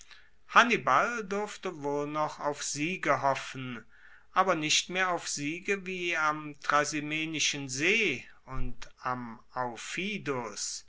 hannibal durfte wohl noch auf siege hoffen aber nicht mehr auf siege wie am trasimenischen see und am